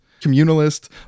communalist